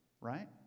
right